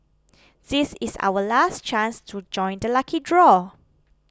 this is our last chance to join the lucky draw